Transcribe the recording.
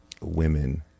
women